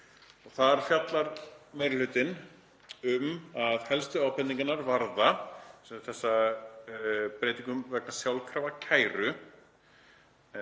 Þar fjallar meiri hlutinn um að helstu ábendingarnar varði þessa breytingu vegna sjálfkrafa kæru,